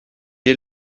est